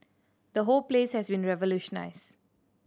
the whole place has been revolutionised